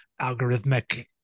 algorithmic